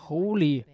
Holy